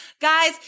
Guys